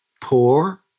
poor